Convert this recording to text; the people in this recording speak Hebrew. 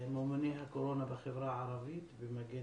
ממונה הקורונה בחברה הערבית במגן